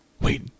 Wait